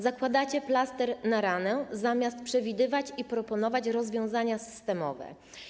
Zakładacie plaster na ranę, zamiast przewidywać i proponować rozwiązania systemowe.